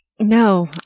No